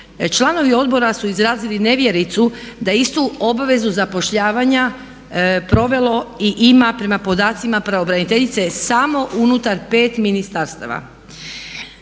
Članovi Odbora su izrazili nevjericu da istu obvezu zapošljavanja provelo i ima prema podacima pravobraniteljice samo unutar pet ministarstava,